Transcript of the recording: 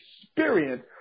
experience